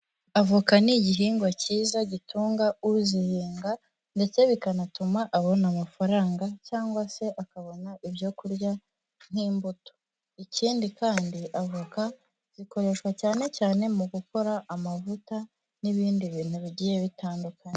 Avoka ni igihingwa cyiza gitunga uzihinga ndetse bikanatuma abona amafaranga, cyangwa se akabona ibyo kurya nk'imbuto. Ikindi kandi avoka zikoreshwa cyane cyane mu gukora amavuta n'ibindi bintu bigiye bitandukanye.